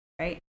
right